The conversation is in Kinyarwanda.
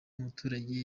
umuturage